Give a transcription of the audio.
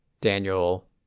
Daniel